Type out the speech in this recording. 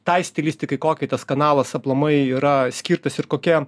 tai stilistikai kokį tas kanalas aplamai yra skirtas ir kokia